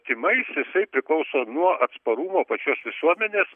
tymais jisai priklauso nuo atsparumo pačios visuomenės